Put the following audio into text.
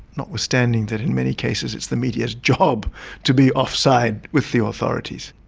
notwithstanding that in many cases it's the media's job to be offside with the authorities.